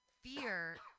fear